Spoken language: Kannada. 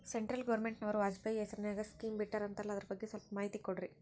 ಸೆಂಟ್ರಲ್ ಗವರ್ನಮೆಂಟನವರು ವಾಜಪೇಯಿ ಹೇಸಿರಿನಾಗ್ಯಾ ಸ್ಕಿಮ್ ಬಿಟ್ಟಾರಂತಲ್ಲ ಅದರ ಬಗ್ಗೆ ಸ್ವಲ್ಪ ಮಾಹಿತಿ ಕೊಡ್ರಿ?